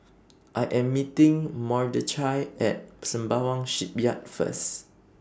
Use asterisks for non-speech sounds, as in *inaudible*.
I Am meeting Mordechai At Sembawang Shipyard First *noise*